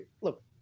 look